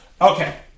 Okay